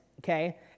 okay